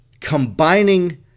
combining